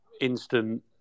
instant